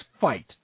fight